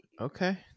Okay